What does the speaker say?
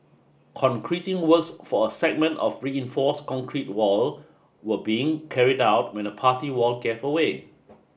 concreting works for a segment of reinforced concrete wall were being carried out when the party wall gave way